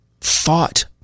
thought